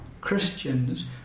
Christians